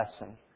lesson